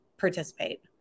participate